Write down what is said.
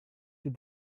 did